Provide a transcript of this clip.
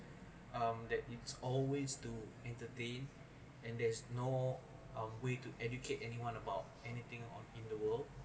um that it's always to entertain and there's no um way to educate anyone about anything on in the world